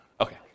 Okay